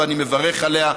ואני מברך עליו.